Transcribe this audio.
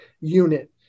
unit